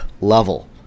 level